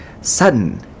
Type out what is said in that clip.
sudden